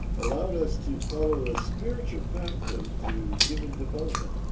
allowed us to follow a spiritual pathway to human development